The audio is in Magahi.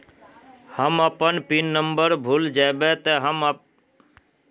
हम अपन पिन नंबर भूल जयबे ते हम दूसरा पिन नंबर बना सके है नय?